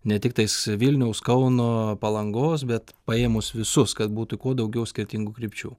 ne tiktais vilniaus kauno palangos bet paėmus visus kad būtų kuo daugiau skirtingų krypčių